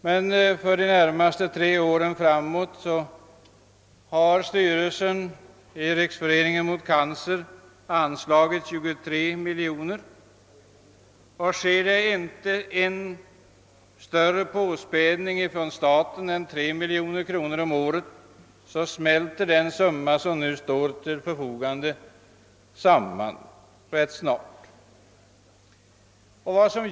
Men för de närmaste tre åren har styrelsen för Riksföreningen mot cancer anslagit 23 miljoner kronor, och gör inte staten en större påspädning än 3 miljoner kronor om året smälter den summa som nu står till förfogande samman rätt snabbt.